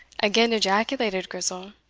again ejaculated grizel.